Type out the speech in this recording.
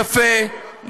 יפה.